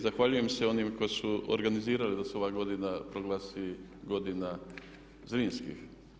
Zahvaljujem se onima koji su organizirali da se ova godina proglasi godina Zrinskih.